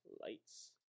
lights